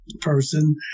person